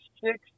six